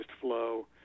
flow